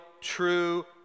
true